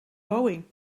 boeing